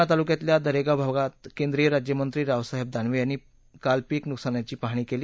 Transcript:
जालना तालुक्यातल्या दरेगाव भागात केंद्रीय राज्यमंत्री रावसाहेब दानवे यांनी काल पीक नुकसानाची पाहणी केली